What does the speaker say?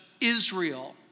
Israel